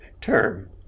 term